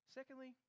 Secondly